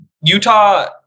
Utah